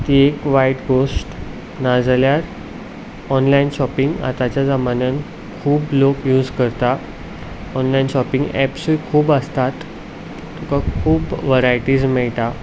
ती एक वायट गोष्ट ना जाल्यार ऑनलायन शॉपिंग आतांच्या जमान्यांत खूब लोक यूज करतात ऑनलायन शॉपिंग एप्सूय खूब आसतात तुका खूब वरायटीज मेळटा